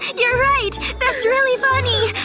and you're right! that's really funny!